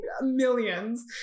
millions